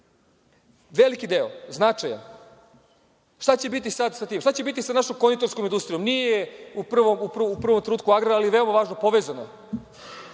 veliki i značajan. Šta će biti sad sa tim? Šta će biti sa našom konditorskom industrijom? Nije u prvom trenutku agrar, ali je veoma važni i povezano